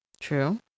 True